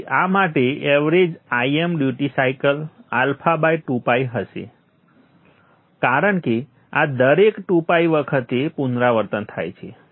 તેથી આ માટે એવરેજ Im ડ્યુટી સાયકલ α2π હશે કારણ કે આ દરેક 2π વખતે પુનરાવર્તન થાય છે